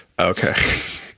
Okay